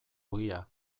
ogia